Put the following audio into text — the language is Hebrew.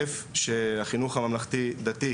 שקודם כל החינוך הממלכתי-דתי,